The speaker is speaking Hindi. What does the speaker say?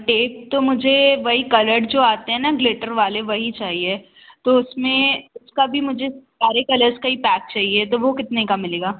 टेप तो मुझे वही कलर्ड जो आते हैं ना ग्लिटर वाले वही चाहिए तो उसमें उसका भी मुझे सारे ही कलर्स का ही पैक चाहिए तो वह कितने का मिलेगा